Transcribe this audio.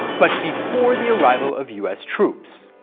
but before the arrival of us troops.